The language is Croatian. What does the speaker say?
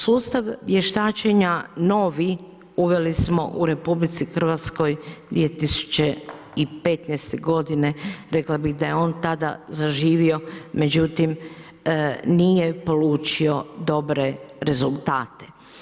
Sustav vještačenja novi uveli smo u RH 2015. godine, rekla bih da je on tada zaživio, međutim nije polučio dobre rezultate.